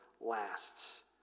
lasts